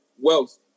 wealth